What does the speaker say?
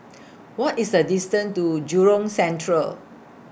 What IS The distance to Jurong Central